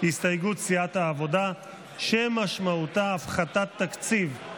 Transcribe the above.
הסתייגויות של סיעת העבודה שמשמעותה הפחתת תקציב,